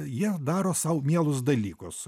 jie daro sau mielus dalykus